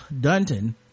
dunton